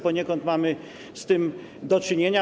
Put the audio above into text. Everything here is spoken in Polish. Poniekąd mamy z tym do czynienia.